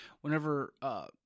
whenever